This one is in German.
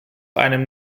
einem